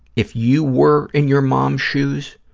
if you were in your mom's shoes,